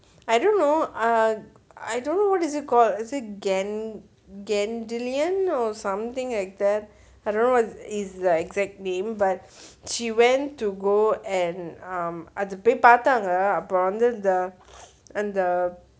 I don't know uh I don't know what is it called is it gan~ gandalion or something like that I don't know what is it exactly but she went to go and um அது போய் பாத்தாங்க அப்ரோ வந்து the அந்த:athu pooi paathanga apro vanthu the antha